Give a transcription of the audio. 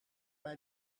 bij